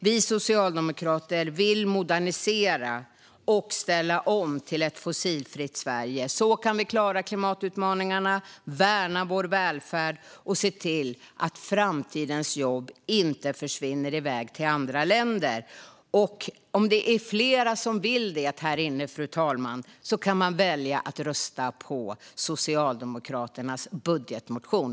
Vi socialdemokrater vill modernisera och ställa om till ett fossilfritt Sverige. Så kan vi klara klimatutmaningarna, värna vår välfärd och se till att framtidens jobb inte försvinner i väg till andra länder. Fru talman! Om det är fler här inne i kammaren som vill det kan man välja att rösta på Socialdemokraternas budgetmotion.